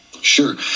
Sure